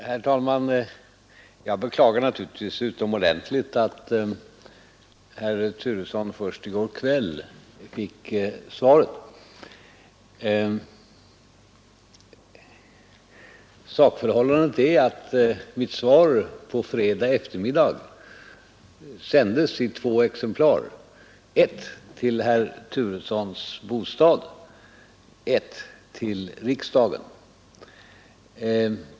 Herr talman! Jag beklagar naturligtvis utomordentligt att herr Turesson först i går kväll fick svaret. Sakförhållandet är att mitt svar på fredagseftermiddagen sändes i två exemplar, ett till herr Turessons bostad, ett till riksdagen.